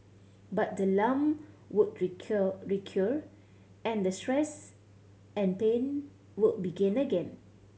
but the lump would recur recur and the stress and pain would begin again